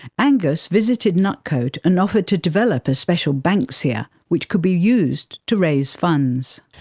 angus visited nutcote and offered to develop a special banksia which could be used to raise funds.